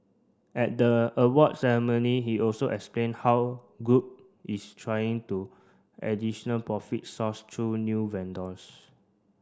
at the awards ceremony he also explained how group is trying to additional profit source through new vendors